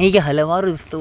ಹೀಗೆ ಹಲವಾರು ಉಸ್ತು